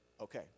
okay